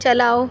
چلاؤ